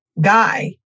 guy